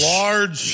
large